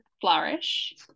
flourish